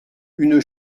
une